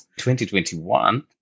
2021